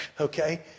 Okay